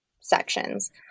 sections